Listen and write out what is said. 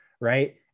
right